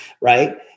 right